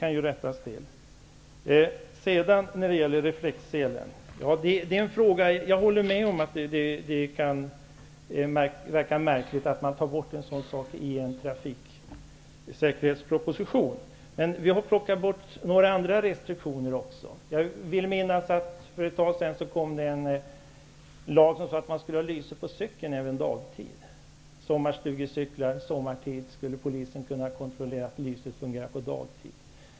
Kunskaperna därför har de kanske. Vad gäller reflexselen, håller jag med om att det kan verka märkligt att man tar bort en sådan sak i en trafiksäkerhetsproposition. Men vi har tagit bort även andra restriktioner. För en tid sedan hade vi en lag om att man även på dagtid skulle ha lyse på cykeln. Polisen skulle kunna kontrollera om lyset på sommarstugecyklar fungerade även under dagtid.